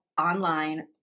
online